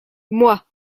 moi